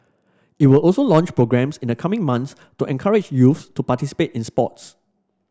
it will also launch programmes in the coming months to encourage youths to participate in sports